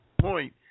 point